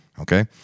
okay